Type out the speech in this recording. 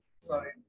Sorry